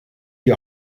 die